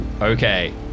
okay